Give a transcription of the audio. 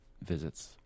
Visits